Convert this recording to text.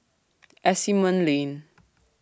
Asimont Lane